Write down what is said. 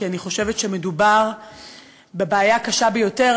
כי אני חושבת שמדובר בבעיה קשה ביותר.